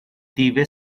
دیو